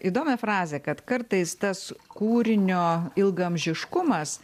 įdomią frazę kad kartais tas kūrinio ilgaamžiškumas